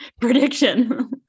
Prediction